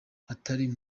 hatari